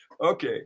Okay